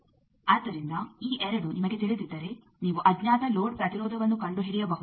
ಆದ್ದರಿಂದ ಈ 2 ನಿಮಗೆ ತಿಳಿದಿದ್ದರೆ ನೀವು ಅಜ್ಞಾತ ಲೋಡ್ ಪ್ರತಿರೋಧವನ್ನು ಕಂಡುಹಿಡಿಯಬಹುದು